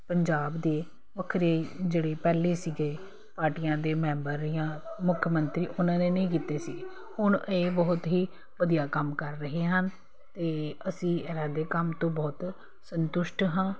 ਪੰਜਾਬ ਦੇ ਵੱਖਰੇ ਜਿਹੜੇ ਪਹਿਲੇ ਸੀਗੇ ਪਾਰਟੀਆਂ ਦੇ ਮੈਂਬਰ ਜਾਂ ਮੁੱਖ ਮੰਤਰੀ ਉਹਨਾਂ ਨੇ ਨਹੀਂ ਕੀਤੇ ਸੀ ਹੁਣ ਇਹ ਬਹੁਤ ਹੀ ਵਧੀਆ ਕੰਮ ਕਰ ਰਹੇ ਹਨ ਅਤੇ ਅਸੀਂ ਇਹਨਾਂ ਦੇ ਕੰਮ ਤੋਂ ਬਹੁਤ ਸੰਤੁਸ਼ਟ ਹਾਂ